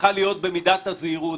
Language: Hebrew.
צריכה להיות במידת הזהירות,